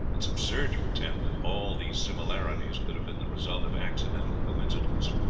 it is absurd to pretend that all these similarities could have been the result of accidental coincidences.